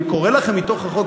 ואני קורא לכם מתוך החוק,